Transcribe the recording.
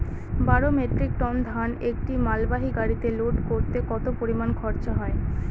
বারো metric ton ধান একটি মালবাহী গাড়িতে লোড করতে কতো পরিমাণ খরচা হয়?